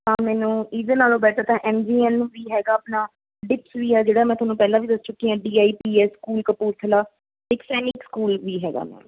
ਤਾਂ ਮੈਨੂੰ ਇਹਦੇ ਨਾਲੋਂ ਬੈਟਰ ਤਾਂ ਐਮ ਜੀ ਐਨ ਵੀ ਹੈਗਾ ਆਪਣਾ ਡਿਪਸ ਵੀ ਆ ਜਿਹੜਾ ਮੈਂ ਤੁਹਾਨੂੰ ਪਹਿਲਾਂ ਵੀ ਦੱਸ ਚੁੱਕੀ ਹਾਂ D I P S school Kapurthala ਇੱਕ ਸੈਨਿਕ ਸਕੂਲ ਵੀ ਹੈਗਾ ਮੈਮ